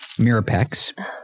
Mirapex